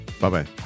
Bye-bye